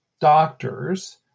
doctors